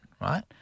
right